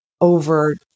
over